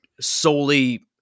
solely